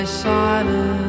silence